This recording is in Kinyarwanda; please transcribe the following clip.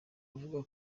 avuga